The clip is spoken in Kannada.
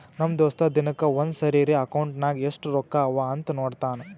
ನಮ್ ದೋಸ್ತ ದಿನಕ್ಕ ಒಂದ್ ಸರಿರೇ ಅಕೌಂಟ್ನಾಗ್ ಎಸ್ಟ್ ರೊಕ್ಕಾ ಅವಾ ಅಂತ್ ನೋಡ್ತಾನ್